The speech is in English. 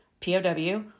POW